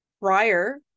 prior